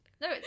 No